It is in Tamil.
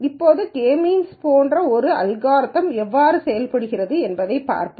இப்போது கே மீன்ஸ் போன்ற ஒரு அல்காரிதம் எவ்வாறு செயல்படுகிறது என்பதைப் பார்ப்போம்